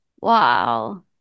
wow